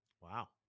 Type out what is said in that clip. Wow